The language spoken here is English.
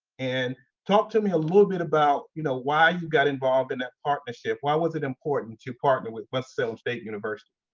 and talk to me a little bit about you know why you got involved in that partnership, why was it important to partner with winston-salem so state university?